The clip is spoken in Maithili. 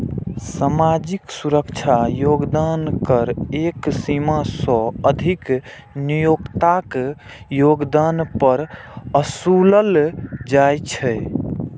सामाजिक सुरक्षा योगदान कर एक सीमा सं अधिक नियोक्ताक योगदान पर ओसूलल जाइ छै